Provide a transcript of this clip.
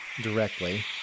directly